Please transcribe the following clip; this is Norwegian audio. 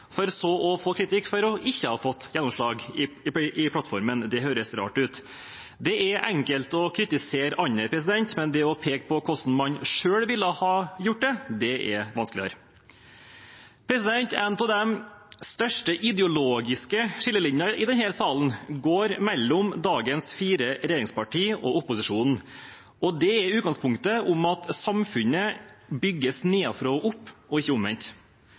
for så – på samme tid – å få kritikk for ikke å ha fått gjennomslag i plattformen. Det høres rart ut. Det er enkelt å kritisere andre, men å peke på hvordan man selv ville ha gjort det, er vanskeligere. En av de største ideologiske skillelinjene i denne salen går mellom dagens fire regjeringspartier og opposisjonen, og det er utgangspunktet at samfunnet bygges nedenfra og opp og ikke omvendt.